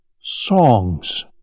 Songs